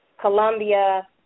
Colombia